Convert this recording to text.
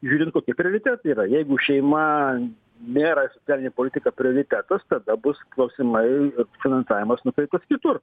žiūrint kokie prioritetai yra jeigu šeima nėra socialinė politika prioritetas tada bus klausimai finansavimas nukreiptas kitur